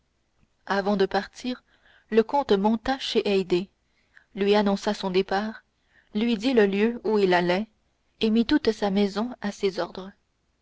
avant de partir le comte monta chez haydée lui annonça son départ lui dit le lieu où il allait et mit toute sa maison à ses ordres